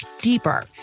deeper